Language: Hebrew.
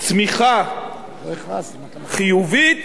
צמיחה חיובית